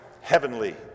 heavenly